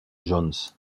jones